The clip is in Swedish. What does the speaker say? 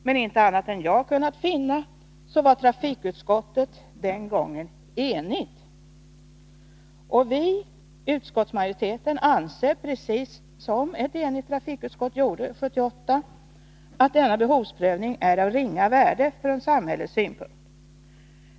Men inte annat än jag har kunnat finna var trafikutskottet den gången enigt. Vi anser, precis som ett enigt trafikutskott gjorde 1978, att denna behovsprövning är av ringa värde från samhällets synpunkt.